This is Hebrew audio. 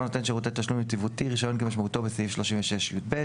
נותן שירותי תשלום יציבותי" רישיון כמשמעותו בסעיף 36יב,